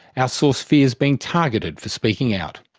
ah source fears being targeted for speaking out,